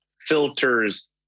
filters